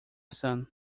sun